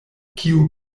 kiu